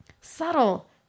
Subtle